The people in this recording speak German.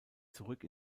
zurück